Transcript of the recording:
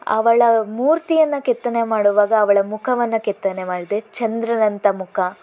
ಅವಳ ಮೂರ್ತಿಯನ್ನು ಕೆತ್ತನೆ ಮಾಡೋವಾಗ ಅವಳ ಮುಖವನ್ನು ಕೆತ್ತನೆ ಮಾಡಿದೆ ಚಂದ್ರನಂಥ ಮುಖ